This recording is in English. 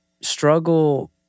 struggle